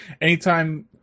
anytime